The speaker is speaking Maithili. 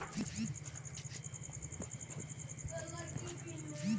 कोदाड़ि सं खेत तामल आ माटि काटल जाइ छै